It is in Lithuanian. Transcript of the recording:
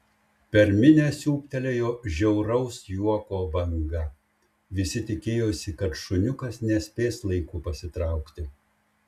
per minią siūbtelėjo žiauraus juoko banga visi tikėjosi kad šuniukas nespės laiku pasitraukti